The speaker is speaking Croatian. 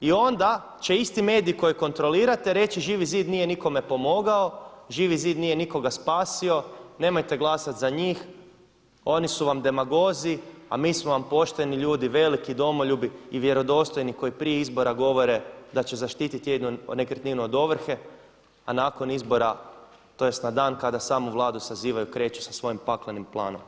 I onda će isti mediji koje kontrolirate reći Živi zid nije nikome pomogao, Živi zid nije nikoga spasio, nemojte glasati za njih oni su vam demagozi, a mi smo vam pošteni ljudi, veliki domoljubi i vjerodostojni koji prije izbora govore da će zaštititi jedinu nekretninu od ovrhe, a nakon izbora tj. na dan kada samu Vladu sazivaju kreću sa svojim paklenim planom.